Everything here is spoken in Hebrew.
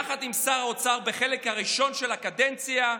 יחד עם שר האוצר בחלק הראשון של הקדנציה,